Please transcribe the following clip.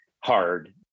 hard